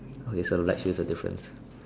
okay so black shoes are difference